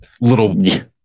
little